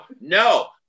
No